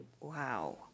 Wow